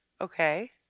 Okay